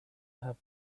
have